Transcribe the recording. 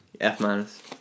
F-minus